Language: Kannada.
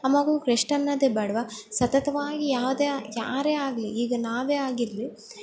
ಆ ಮಗುಗೆ ರೆಶ್ಟ್ ಅನ್ನೋದೇ ಬೇಡ್ವಾ ಸತತವಾಗಿ ಯಾವುದೇ ಯಾರೇ ಆಗಲಿ ಈಗ ನಾವೇ ಆಗಿರಲಿ